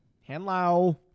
hello